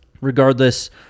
Regardless